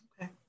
Okay